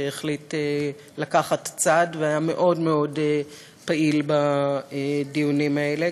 שהחליט לקחת צד והיה מאוד מאוד פעיל בדיונים האלה,